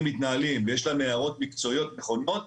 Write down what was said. מתנהלים ויש להם הערות מקצועיות נכונות,